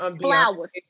flowers